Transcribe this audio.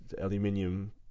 aluminium